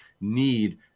need